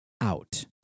out